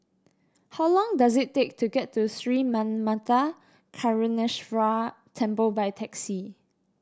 how long does it take to get to Sri Manmatha Karuneshvarar Temple by taxi